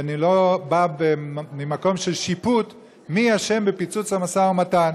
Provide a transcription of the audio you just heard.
אני לא בא ממקום של שיפוט מי אשם בפיצוץ המשא ומתן.